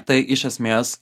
tai iš esmės